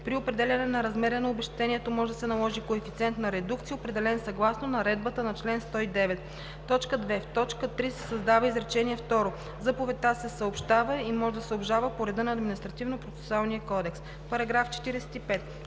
при определяне на размера на обезщетението може да се наложи коефициент на редукция, определен съгласно наредбата по чл. 109;“. 2. В т. 3 се създава изречение второ: „Заповедта се съобщава и може да се обжалва по реда на Административнопроцесуалния кодекс.“